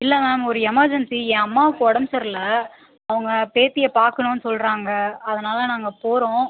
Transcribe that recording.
இல்லை மேம் ஒரு எமர்ஜென்சி என் அம்மாவுக்கு உடம்பு சரியில்லை அவங்க பேத்தியை பார்க்கணுன்னும் சொல்லுறாங்க அதனால் நாங்கள் போகிறோம்